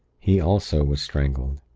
he also was strangled.